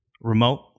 remote